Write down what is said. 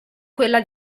quella